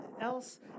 else